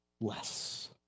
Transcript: less